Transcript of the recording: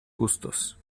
gustos